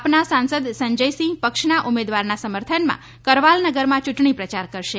આપના સાંસદ સંજયસિંહ પક્ષના ઉમેદવારના સમર્થનમાં કરવાલનગરમાં ચૂંટણી પ્રચાર કરશે